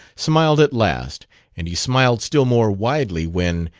smiled at last and he smiled still more widely when,